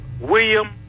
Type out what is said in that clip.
William